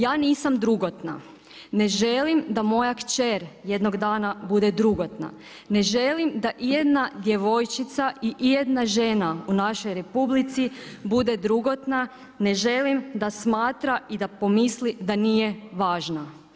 Ja nisam drugotna, ne želim da moja kćer jednog dana bude drugotna, ne želim da ijedna djevojčica i ijedna žena u našoj Republici bude drugotna, ne želim da smatra i da pomisli da nije važna.